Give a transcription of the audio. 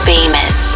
Famous